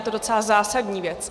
Je to docela zásadní věc.